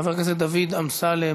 חבר הכנסת דוד אמסלם,